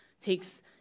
takes